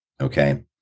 okay